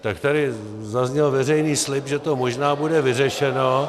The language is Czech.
Tak tady zazněl veřejný slib, že to možná bude vyřešeno...